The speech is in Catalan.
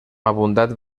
abundant